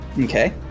Okay